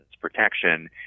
protection